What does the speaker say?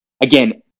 Again